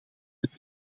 het